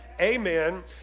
Amen